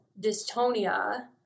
dystonia